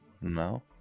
no